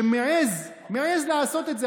שמעז לעשות את זה,